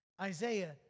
Isaiah